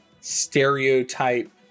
stereotype